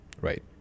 right